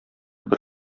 бер